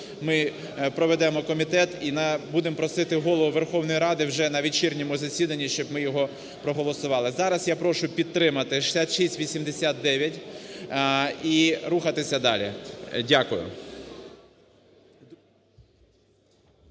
ми проведемо комітет і будемо просити Голову Верховної Ради вже на вечірньому засіданні щоб ми його проголосували. Зараз я прошу підтримати 6689 і рухатися далі. Дякую.